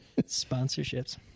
sponsorships